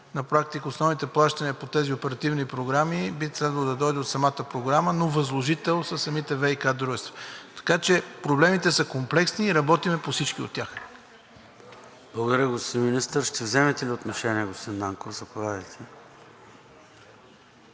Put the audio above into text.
на практика основните плащания по тези оперативни програми, би следвало да дойдат от самата програма, но възложител са самите ВиК дружества, така че проблемите са комплексни и работим по всички тях. ПРЕДСЕДАТЕЛ ЙОРДАН ЦОНЕВ: Благодаря, господин Министър. Ще вземете ли отношение, господин Нанков? Заповядайте.